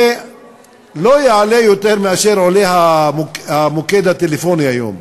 זה לא יעלה יותר ממה שעולה המוקד הטלפוני היום.